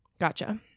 Gotcha